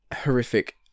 horrific